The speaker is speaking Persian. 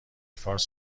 فارس